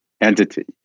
entity